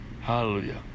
Hallelujah